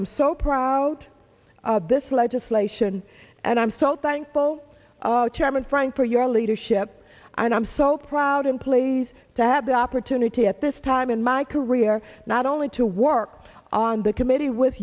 am so proud of this legislation and i'm so thankful chairman frank for your leadership and i'm so proud and pleased to have the opportunity at this time in my career not only to work on the committee with